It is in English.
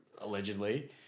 allegedly